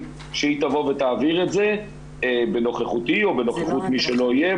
שהיא תבוא ותעביר את זה בנוכחותי או בנוכחות מי שלא יהיה,